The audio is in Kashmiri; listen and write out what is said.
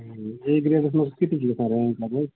اے گریڈس منٛز کۭتِس چھُ گَژھان رینٛج مطلب